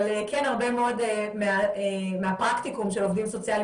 אבל כן הרבה מאוד מהפרקטיקום של עובדים סוציאליים